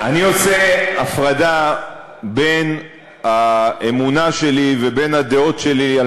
אני עושה הפרדה בין האמונה שלי ובין הדעות שלי על